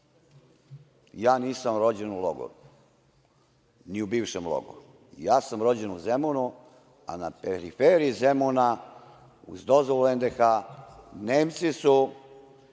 nisam rođen u logoru, ni u bivšem logoru. Ja sam rođen u Zemunu. A, na periferiji Zemuna uz dozvolu NDH Nemci su